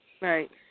right